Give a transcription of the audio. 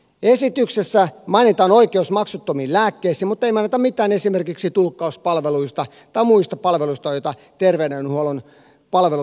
esityksessä mainitaan oikeus maksuttomiin lääkkeisiin mutta ei mainita mitään esimerkiksi tulkkauspalveluista tai muista palveluista joita terveydenhuollon palvelut vaativat